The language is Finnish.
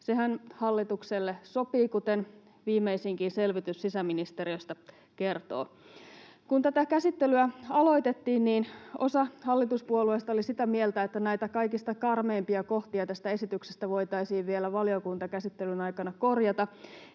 Sehän hallitukselle sopii, kuten viimeisinkin selvitys sisäministeriöstä kertoo. Kun tätä käsittelyä aloitettiin, niin osa hallituspuolueista oli sitä mieltä, että näitä kaikista karmeimpia kohtia tästä esityksestä voitaisiin vielä valiokuntakäsittelyn aikana korjata.